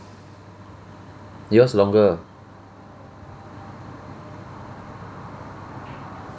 yours longer